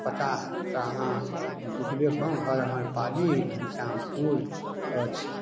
पता तऽ अहाँ बुझबे हँ घर हमर पाली घनश्यामपुर अछि